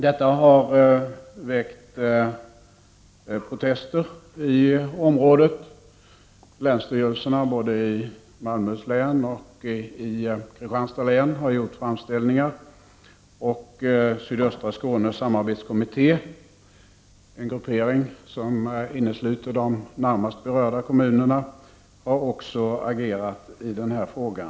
Detta har väckt protester i området. Länsstyrelserna, både i Malmöhus län och i Kristianstads län, har gjort framställningar, och Sydöstra Skånes Samarbetskommitté, en gruppering som innesluter de närmast berörda kommunerna, har också agerat i den här frågan.